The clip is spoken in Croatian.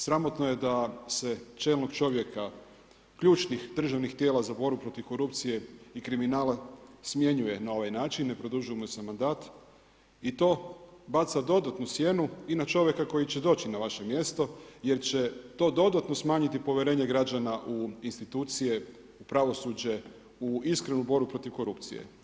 Sramotno je da se čelnog čovjeka ključnih državnih tijela za borbu protiv korupcije i kriminala smjenjuje na ovaj način, ne produžuje mu se mandat i to baca dodatnu sjenu i na čovjeka koji će doći na vaše mjesto jer će to dodatno smanjiti povjerenje građana u institucije, u pravosuđe, u iskrenu borbu protiv korupcije.